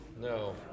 No